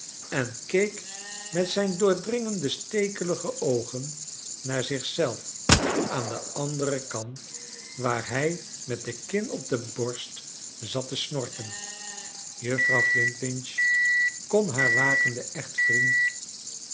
en keek met zijn doordringende j stekelige oogen naar zich zelf aan den anderen kant waar hij met de kin op de borst zat te snorken juffrouw flintwinch kon haar wakenden